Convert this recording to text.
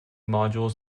modules